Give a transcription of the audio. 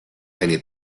eine